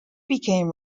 became